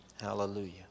Hallelujah